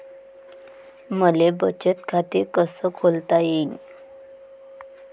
मले बचत खाते कसं खोलता येईन?